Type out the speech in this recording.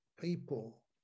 people